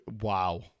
wow